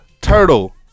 turtle